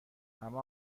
همه